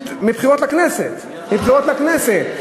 מבחירות לכנסת, מבחירות לכנסת.